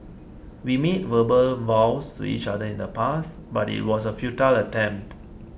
we made verbal vows to each other in the past but it was a futile attempt